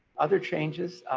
other changes,